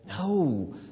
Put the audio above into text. No